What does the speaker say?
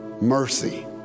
mercy